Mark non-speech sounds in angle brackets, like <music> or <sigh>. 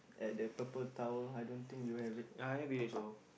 <breath> yeah I have this also